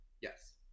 Yes